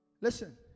Listen